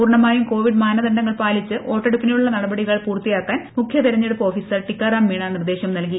പൂർണമായും കോവിഡ് മാനദണ്ഡങ്ങൾ പാലിച്ച് വോട്ടെടുപ്പിനുള്ള നടപടികൾ പൂർത്തിയാക്കാൻ മുഖ്യ തെരഞ്ഞെടുപ്പ് ഓഫീസർ ടിക്കാറാം മീണ നിർദ്ദേശം നൽകി